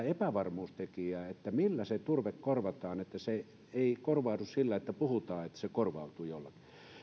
epävarmuustekijä että millä se turve korvataan se ei korvaudu sillä että puhutaan että se korvautuu